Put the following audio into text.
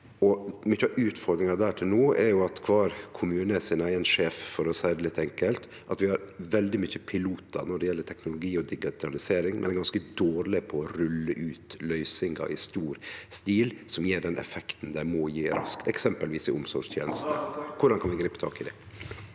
Mykje av utfordringane med det til no er at kvar kommune er sin eigen sjef, for å seie det litt enkelt. Vi har veldig mange pilotar når det gjeld teknologi og digitalisering, men vi er ganske dårlege på å rulle ut løysin gar i stor stil, som gjev den effekten dei må gje, eksempelvis i omsorgstenesta. Korleis kan vi gripe tak i det?